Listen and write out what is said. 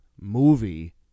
movie